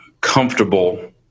comfortable